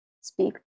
speak